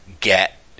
get